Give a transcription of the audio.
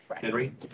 Henry